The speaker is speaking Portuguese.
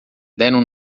deram